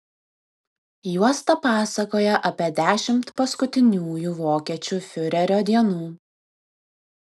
juosta pasakoja apie dešimt paskutiniųjų vokiečių fiurerio dienų